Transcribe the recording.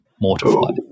mortified